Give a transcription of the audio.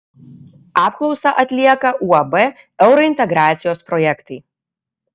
apklausą atlieka uab eurointegracijos projektai